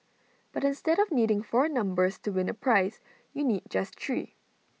but instead of needing four numbers to win A prize you need just three